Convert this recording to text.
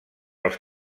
els